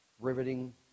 riveting